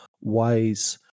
ways